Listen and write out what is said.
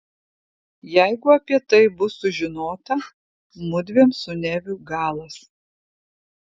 jeigu apie tai bus sužinota mudviem su neviu galas